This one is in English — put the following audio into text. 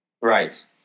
Right